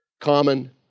Common